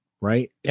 Right